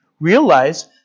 realize